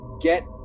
get